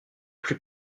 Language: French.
plus